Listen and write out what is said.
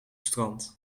strand